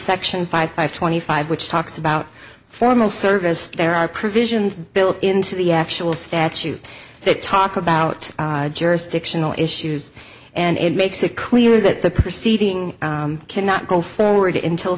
section five twenty five which talks about formal service there are provisions built into the actual statute that talk about jurisdictional issues and it makes it clear that the proceeding cannot go forward in til